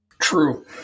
True